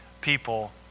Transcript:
people